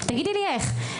תגידי לי איך?